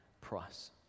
price